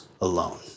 alone